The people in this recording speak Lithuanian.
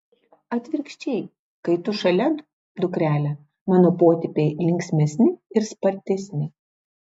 atvirkščiai kai tu šalia dukrele mano potėpiai linksmesni ir spartesni